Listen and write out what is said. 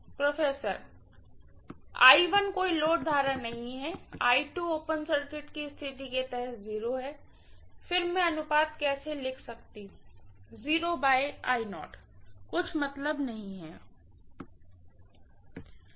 professor कोई load current नहीं है ओपन सर्किट स्थिति के तहत है फिर मैं अनुपात कैसे लिख सकती हूँ कुछ मतलब नहीं है